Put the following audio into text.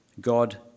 God